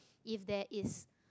if there is